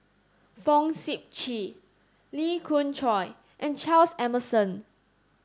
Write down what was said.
Fong Sip Chee Lee Khoon Choy and Charles Emmerson